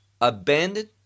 abandoned